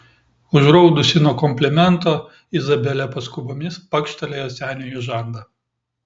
užraudusi nuo komplimento izabelė paskubomis pakštelėjo seniui į žandą